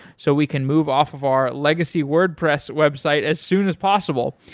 so we can move off of our legacy wordpress website as soon as possible.